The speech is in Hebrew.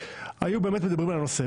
היו באמת מדברים על הנושא,